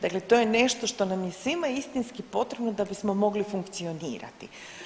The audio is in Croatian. Dakle, to je nešto što nam je svima istinski potrebno da bismo mogli funkcionirati.